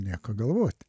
nieko galvot